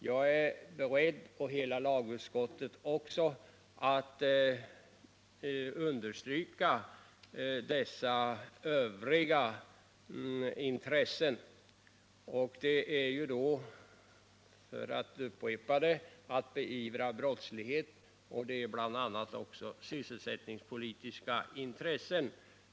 Jag är, och det är också hela lagutskottet, beredd att understryka dessa övriga intressen, och det är, för att göra ännu en upprepning, att beivra brottslighet. Det är bl.a. också sysselsättningspolitiska intressen.